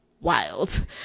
Wild